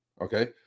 okay